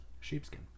Sheepskin